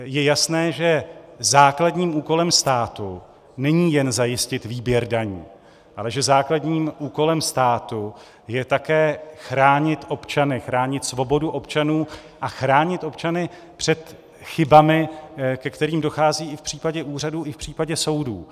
Je jasné, že základním úkolem státu není jen zajistit výběr daní, ale že základním úkolem státu je také chránit občany, chránit svobodu občanů a chránit občany před chybami, ke kterým dochází i v případě úřadů, i v případě soudů.